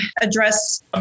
address